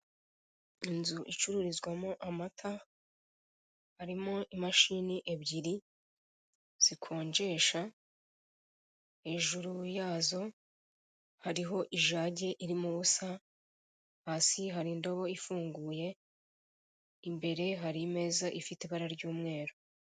Inzu icururizwamo amata harimo imashini ebyiri zikonjesha, hajuru yazo hariho ijagi irimo ubusa, hasi hari indobo ifunguye, imbere hari imeza ifite ibara ry'umweru.